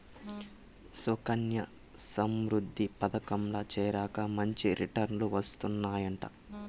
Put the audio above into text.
సుకన్యా సమృద్ధి పదకంల చేరాక మంచి రిటర్నులు వస్తందయంట